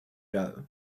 doe